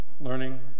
learning